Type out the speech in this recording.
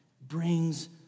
brings